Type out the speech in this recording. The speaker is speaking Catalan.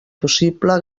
possible